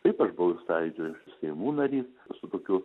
taip aš buvau ir sąjūdžio seimų narys su tokiu